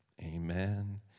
amen